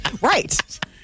Right